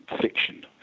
fiction